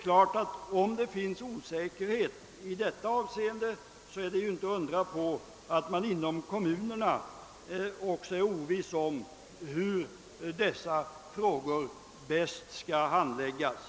Men om det råder ovisshet i detta avseende är det ju inte underligt att man inom kommunerna inte är säker på hur dessa frågor bäst bör handläggas.